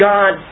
God